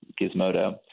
Gizmodo